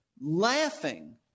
laughing